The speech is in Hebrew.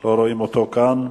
לא רואים אותו כאן.